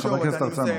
חבר הכנסת הרצנו.